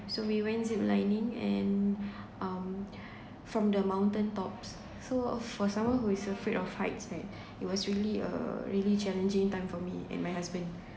so we went zip lining and um from the mountain tops so for someone who is afraid of heights right it was really uh really challenging time for me and my husband